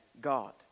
God